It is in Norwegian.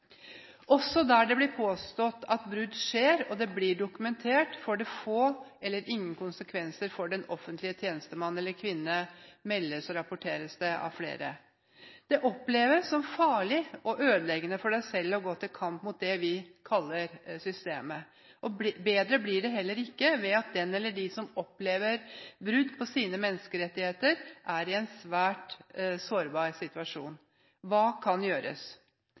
Også der det blir påstått at brudd skjer og det blir dokumentert, får det få eller ingen konsekvenser for den offentlige tjenestemann eller -kvinne, meldes og rapporteres det av flere. Det oppleves som farlig og ødeleggende for en selv å gå til kamp mot det vi kaller systemet. Bedre blir det heller ikke ved at den eller de som opplever brudd på sine menneskerettigheter, er i en svært sårbar situasjon. Hva kan gjøres?